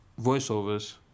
voiceovers